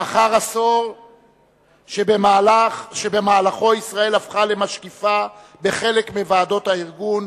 לאחר עשור שבמהלכו ישראל הפכה למשקיפה בחלק מוועדות הארגון,